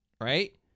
Right